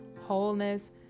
wholeness